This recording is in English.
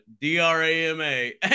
D-R-A-M-A